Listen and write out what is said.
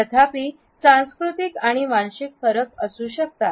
तथापि सांस्कृतिक आणि वांशिक फरक असू शकतात